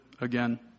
again